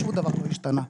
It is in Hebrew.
שום דבר לא השתנה.